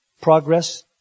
Progress